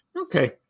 Okay